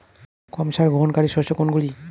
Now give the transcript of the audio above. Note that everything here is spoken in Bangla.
কম সার গ্রহণকারী শস্য কোনগুলি?